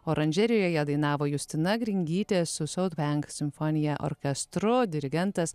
oranžerijoje dainavo justina gringytė su sout venk simfonija orkestru dirigentas